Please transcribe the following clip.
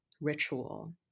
ritual